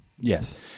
Yes